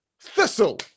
Thistle